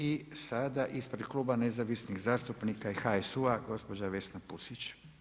I sada ispred kluba nezavisnih zastupnika i HSU-a gospođa Vesna Pusić.